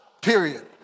period